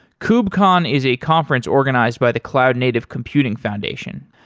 kubecon is a conference organised by the cloud native computing foundation.